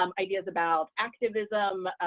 um ideas about activism,